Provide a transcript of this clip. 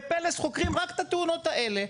ו"פלס" חוקרים רק את התאונות האלה.